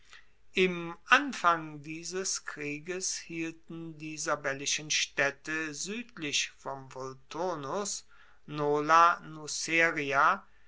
im anfang dieses krieges hielten die sabellischen staedte suedlich vom volturnus nola